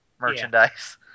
merchandise